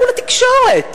לכו לתקשורת.